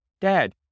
Dad